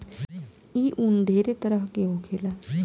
ई उन ढेरे तरह के होखेला